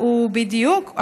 בדיוק,